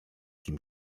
kim